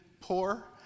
poor